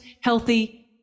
healthy